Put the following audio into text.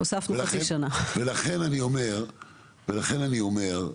ולכן אני אומר,